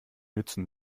nützen